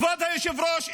כבוד היושב-ראש,